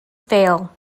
fail